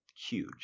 Huge